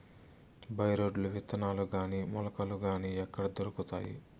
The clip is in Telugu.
బై రోడ్లు విత్తనాలు గాని మొలకలు గాని ఎక్కడ దొరుకుతాయి?